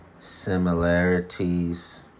Similarities